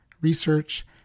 research